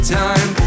time